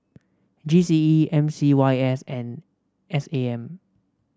G C E M C Y S and S A M